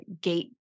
gate